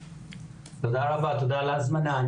תודה רבה, תודה על ההזמנה.